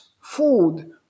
food